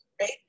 right